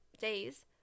days